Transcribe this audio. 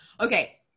Okay